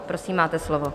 Prosím, máte slovo.